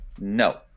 No